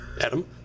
Adam